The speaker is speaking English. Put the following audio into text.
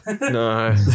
No